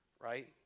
right